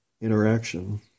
interaction